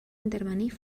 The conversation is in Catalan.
intervenir